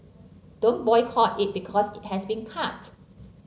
don't boycott it because it has been cut